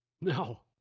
no